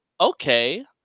okay